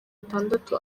atandatu